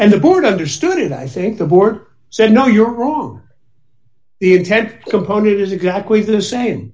and the board understood it i think the board said no you're wrong the intent component is exactly the same